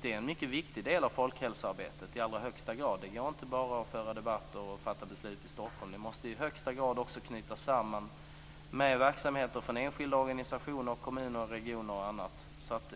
Det är en mycket viktig del av folkhälsoarbetet. Det går inte att bara föra debatt och fatta beslut i Stockholm. Arbetet måste i högsta grad också knytas samman med verksamheter från enskilda organisationer, kommuner, regioner och annat.